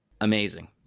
amazing